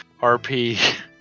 RP